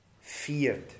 feared